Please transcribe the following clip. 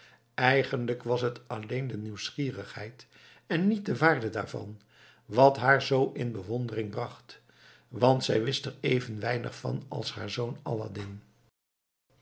eigenlijk was het alleen de nieuwheid en niet de waarde daarvan wat haar zoo in bewondering bracht want zij wist er even weinig van als haar zoon aladdin